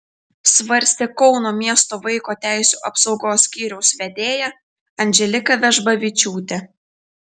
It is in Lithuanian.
svarstė kauno miesto vaiko teisių apsaugos skyriaus vedėja andželika vežbavičiūtė